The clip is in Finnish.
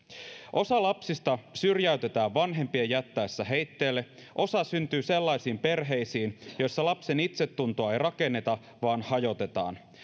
osa lapsista syrjäytetään vanhempien jättäessä heitteille osa syntyy sellaisiin perheisiin joissa lapsen itsetuntoa ei rakenneta vaan hajotetaan